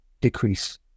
decrease